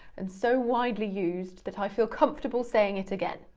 and so widely used, that i feel comfortable saying it again.